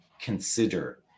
consider